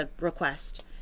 request